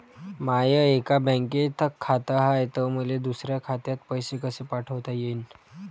माय एका बँकेत खात हाय, त मले दुसऱ्या खात्यात पैसे कसे पाठवता येईन?